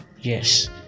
yes